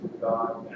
God